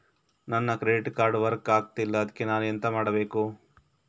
ನನ್ನ credit card work ಆಗ್ತಿಲ್ಲ ಅದ್ಕೆ ನಾನು ಎಂತ ಮಾಡಬೇಕು?